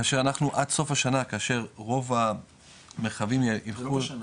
כאשר אנחנו עד סוף השנה כאשר רוב המרחבים יילכו --- זה לא בשנה,